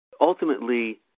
ultimately